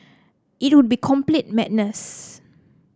it would be complete madness